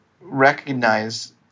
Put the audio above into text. recognize